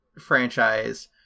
franchise